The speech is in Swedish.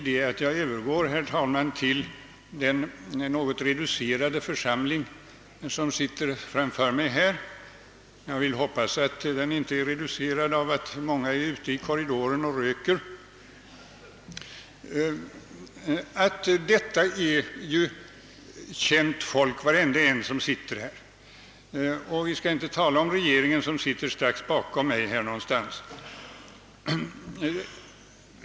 Den nu något reducerade församling som sitter framför mig — jag hoppas att den inte är reducerad av att många är ute i korridoren och röker — består ju av idel kända personer. Vi skall inte tala om regeringsledamöterna, som sitter någonstans här i huset.